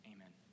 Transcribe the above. Amen